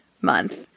month